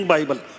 Bible